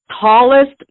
tallest